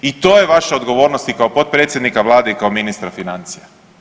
I to je vaša odgovornost i kao potpredsjednika vlade i kao ministra financija.